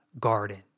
garden